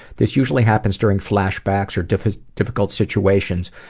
this usually happens during flashbacks or difficult difficult situations,